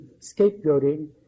scapegoating